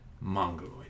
Mongoloid